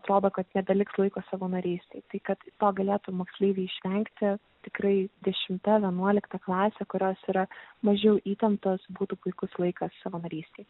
atrodo kad nebeliks laiko savanorystei tai kad to galėtų moksleiviai išvengti tikrai dešimta vienuolikta klasė kurios yra mažiau įtampos būtų puikus laikas savanorystei